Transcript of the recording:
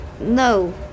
No